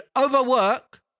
overwork